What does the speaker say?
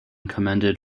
commended